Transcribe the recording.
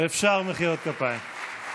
אפשר מחיאות כפיים.